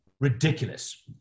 ridiculous